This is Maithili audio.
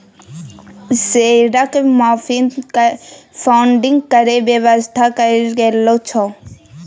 शेयरक मार्फत फडिंग केर बेबस्था कएल जाइ छै